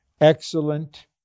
excellent